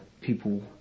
people